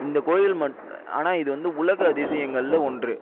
இந்த கோயில் மட் ஆனால் இது வந்து உலக அதிசயங்களில் ஒன்று